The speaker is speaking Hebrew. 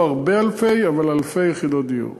לא הרבה אלפים, אבל אלפי יחידות דיור.